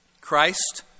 Christ